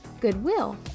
goodwill